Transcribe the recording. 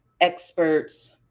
experts